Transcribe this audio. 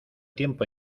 tiempo